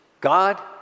God